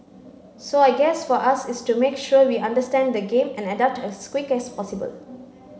so I guess for us is to make sure we understand the game and adapt as quick as possible